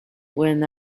when